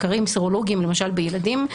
מחקרים סרולוגים למשל בילדים,